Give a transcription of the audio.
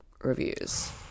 reviews